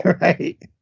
Right